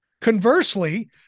Conversely